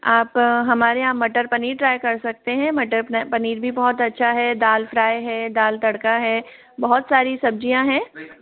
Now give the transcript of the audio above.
आप हमारे यहाँ मटर पनीर ट्राई कर सकते हैं मटर पनीर भी बहुत अच्छा है दाल फ़्राई है दाल तड़का है बहुत सारी सब्ज़ियाँ हैं